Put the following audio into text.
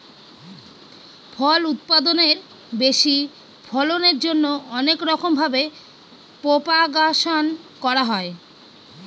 ফল উৎপাদনের বেশি ফলনের জন্যে অনেক রকম ভাবে প্রপাগাশন করা হয়